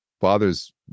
fathers